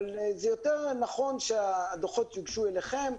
אבל זה יותר נכון שהדוחות יוגשו אליכם,